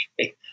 okay